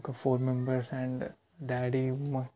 ఒక four members and daddy మొ